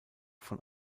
von